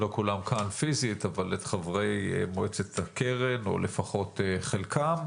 לא כולם כאן פיזית אבל את חברי מועצת הקרן או לפחות חלקם,